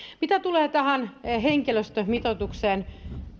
mitä tulee tähän henkilöstömitoitukseen